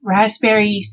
Raspberry